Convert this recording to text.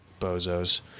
Bozos